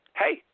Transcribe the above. hey